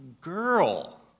girl